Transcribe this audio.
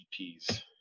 EPs